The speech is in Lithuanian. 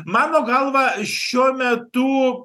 mano galva šiuo metu